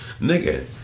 nigga